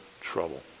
trouble